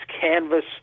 canvas